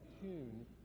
tune